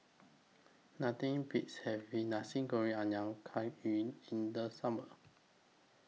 Nothing Beats having Nasi Goreng Ayam Kunyit in The Summer